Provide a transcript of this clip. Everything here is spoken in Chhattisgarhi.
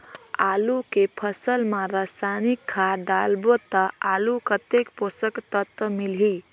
आलू के फसल मा रसायनिक खाद डालबो ता आलू कतेक पोषक तत्व मिलही?